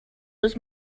was